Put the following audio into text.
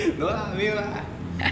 no lah 没有啦